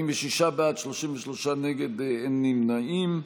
23 בעד, 47 נגד, אין נמנעים.